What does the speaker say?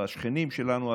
השכנים שלנו,